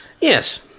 Yes